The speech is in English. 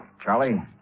Charlie